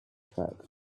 fact